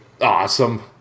Awesome